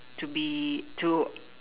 to be to